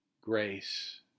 grace